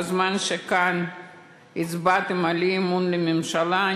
בזמן שהצבעתם כאן על אי-אמון בממשלה,